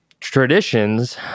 traditions